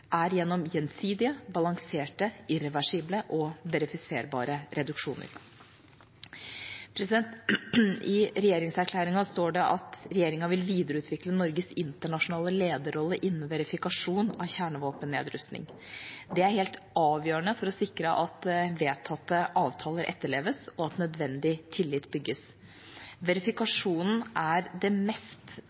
er gjennom gjensidige, balanserte, irreversible og verifiserbare reduksjoner. I regjeringserklæringen står det at regjeringa vil videreutvikle Norges internasjonale lederrolle innen verifikasjon av kjernevåpennedrustning. Det er helt avgjørende for å sikre at vedtatte avtaler etterleves, og at nødvendig tillit bygges. Verifikasjonen er det mest